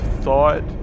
thought